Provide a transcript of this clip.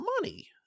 money